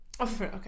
Okay